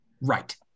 Right